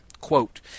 Quote